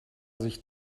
sich